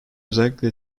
özellikle